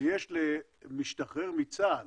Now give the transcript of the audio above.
שיש למשתחרר מצה"ל